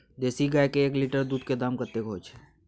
देसी गाय के एक लीटर दूध के दाम कतेक होय छै?